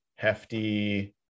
hefty